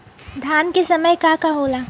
धान के समय का का होला?